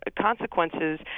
Consequences